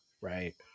right